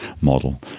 model